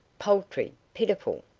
paltry, pitiful.